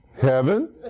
Heaven